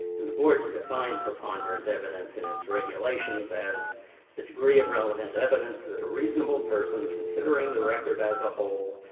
and the boards define preponderant evidence and its regulations as the degree of relevant evidence that a reasonable person, considering the record as a whole,